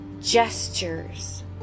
gestures